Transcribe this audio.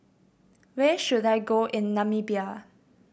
where should I go in Namibia